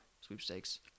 sweepstakes